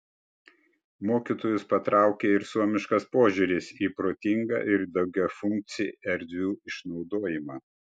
mokytojus patraukė ir suomiškas požiūris į protingą ir daugiafunkcį erdvių išnaudojimą